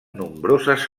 nombroses